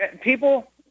people